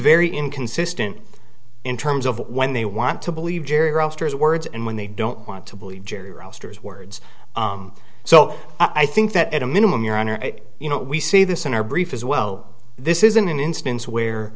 very inconsistent in terms of when they want to believe jerry roasters words and when they don't want to believe jerry roster's words so i think that at a minimum your honor you know we see this in our brief as well this is an instance where